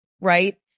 right